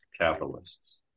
capitalists